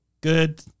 good